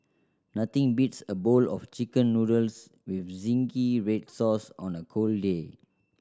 nothing beats a bowl of Chicken Noodles with zingy red sauce on a cold day